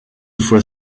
fois